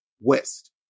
West